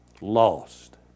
lost